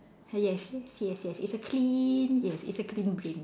ah yes yes yes yes it's a clean yes it's a clean brain